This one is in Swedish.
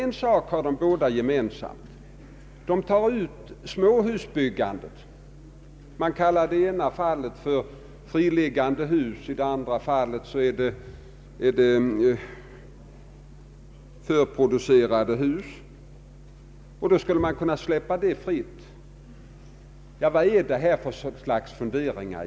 En sak har de båda partierna dock gemensamt, nämligen inställningen till småhusbyggandet, även om man i ena fallet talar om friliggande och i andra fallet om styckeproducerade hus. Man menar att sådana skulle få byggas fritt. Vad är det för slags funderingar?